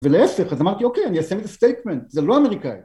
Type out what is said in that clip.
ולהפך אז אמרתי אוקיי אני אשים סטייטמנט, זה לא אמריקאי